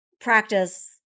practice